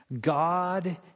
God